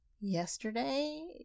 yesterday